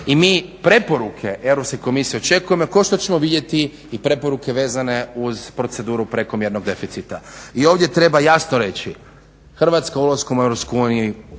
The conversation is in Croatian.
i mi preporuke Europske komisije očekujemo kao što ćemo vidjeti i preporuke vezane uz proceduru prekomjernog deficita. I ovdje treba jasno reći, Hrvatska ulaskom u EU u